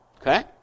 Okay